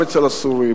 גם אצל הסורים,